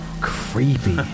Creepy